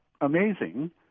amazing